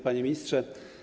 Panie Ministrze!